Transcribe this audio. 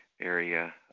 area